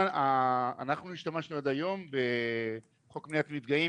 אנחנו השתמשו עד היום בחוק מניעת מפגעים